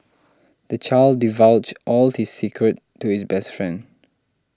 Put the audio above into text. the child divulged all his secrets to his best friend